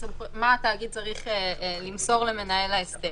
מה התאגיד צריך למסור למנהל ההסדר